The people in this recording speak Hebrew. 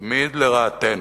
תמיד, לרעתנו.